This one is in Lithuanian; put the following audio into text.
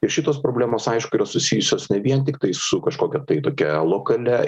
ir šitos problemos aišku yra susijusios ne vien tiktai su kažkokia tai tokia lokalia